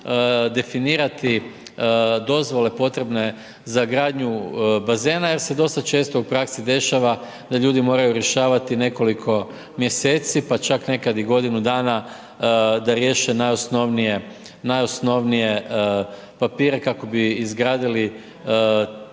definirati dozvole potrebne za gradnju bazena jer se dosta često u praksi dešava da ljudi moraju rješavati nekoliko mjeseci, pa čak nekad i godinu dana da riješe najosnovnije papire kako bi izgradili tu,